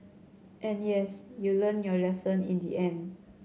and yes you learnt your lesson in the end